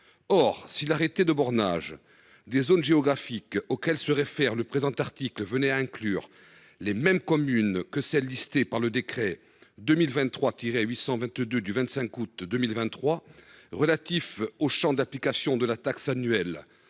Or si l’arrêté de bornage des zones géographiques auquel se réfère le présent article venait à inclure les mêmes communes que celles qui sont listées par le décret n° 2023 822 du 25 août 2023 relatif au champ d’application de la taxe annuelle